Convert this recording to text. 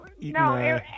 No